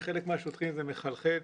בחלק מהשוטרים זה מחלחל,